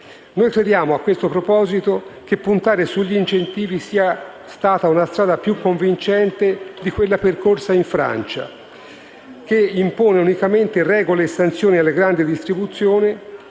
Noi crediamo, a questo proposito, che puntare sugli incentivi sia stata una strada più convincente di quella percorsa in Francia, che impone unicamente regole e sanzioni alla grande distribuzione,